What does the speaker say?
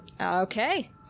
Okay